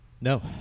No